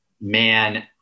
man